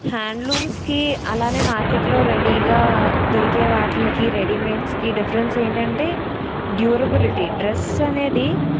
హ్యాండ్లూమ్స్కి అలానే మార్కెట్లో రెడీగా దొరికే వాటికి రెడీమేడ్స్కి డిఫరెన్స్ ఏంటంటే డ్యూరబులిటీ డ్రస్ అనేది